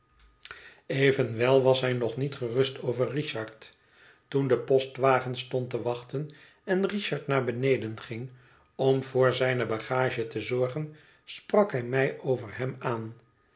zijn was hij nog niet gerust over richard toen de postwagen stond te wachten en richard naar heneden ging om voor zijne bagage te zorgen sprak hij mij over hem aan